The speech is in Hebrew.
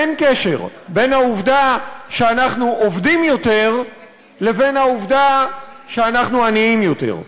אין קשר בין העובדה שאנחנו עובדים יותר לבין העובדה שאנחנו עניים יותר.